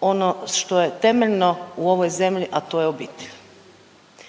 ono što je temeljno u ovoj zemlji a to je obitelj.